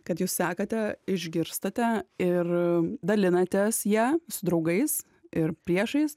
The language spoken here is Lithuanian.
kad jūs sekate išgirstate ir dalinatės ja su draugais ir priešais